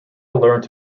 learned